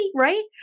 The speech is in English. right